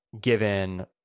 given